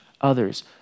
others